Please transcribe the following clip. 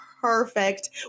perfect